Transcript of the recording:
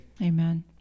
Amen